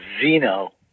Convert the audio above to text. Zeno